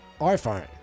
iPhone